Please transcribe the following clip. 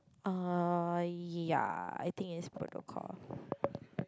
(ih) ya I think it's protocol